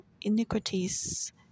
iniquities